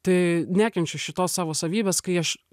tai nekenčiu šitos savo savybes kai aš